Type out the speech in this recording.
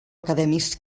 acadèmics